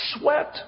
sweat